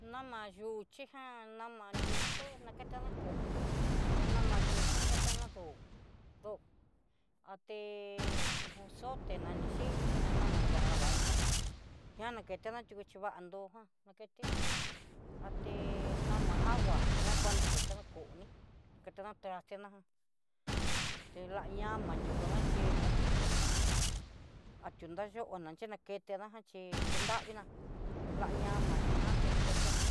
Namu yuu chijan, nama nriuté nakena koó tenama yuchi nakena ndó, ndó zote nani chi nguia dama ná iká ngia naketena, chi kuchi vando jan naketexhi, nama agua ña kuan nakena koó ní nakena traste ná, te la ñama yukuna xhí atió-atió nrayona chi nakena chí kundavina, nrá ña ti matinati naketena